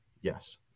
Yes